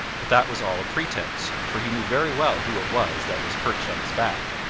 but that was all a pretence, for he knew very well who it was that was perched on his back,